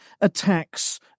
attacks